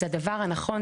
זה הדבר הנכון,